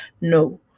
No